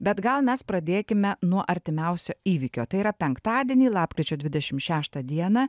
bet gal mes pradėkime nuo artimiausio įvykio tai yra penktadienį lapkričio dvidešim šeštą dieną